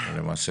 למעשה,